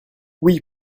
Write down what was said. oui